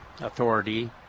Authority